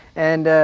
and.